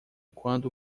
quando